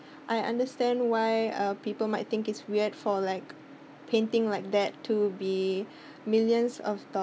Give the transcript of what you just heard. I understand why uh people might think it's weird for like painting like that to be millions of